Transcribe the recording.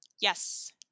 Yes